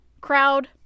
crowd